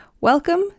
Welcome